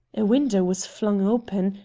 a window was flung open,